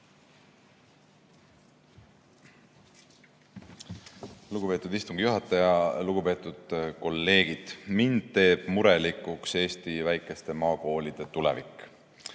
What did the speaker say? Lugupeetud istungi juhataja! Lugupeetud kolleegid! Mind teeb murelikuks Eesti väikeste maakoolide tulevik.